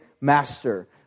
master